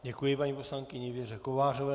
Děkuji paní poslankyni Věře Kovářové.